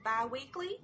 bi-weekly